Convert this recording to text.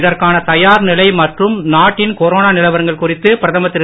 இதற்கான தயார்நிலை மற்றும் நாட்டின் கொரோனா நிலவரங்கள் குறித்து பிரதமர் திரு